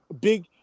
big